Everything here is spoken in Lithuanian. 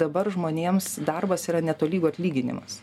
dabar žmonėms darbas yra netolygu atlyginimas